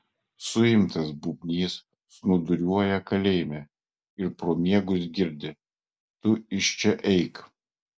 suimtas bubnys snūduriuoja kalėjime ir pro miegus girdi tu iš čia eik